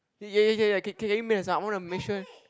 ya ya ya ya can can you make the sound I want to make sure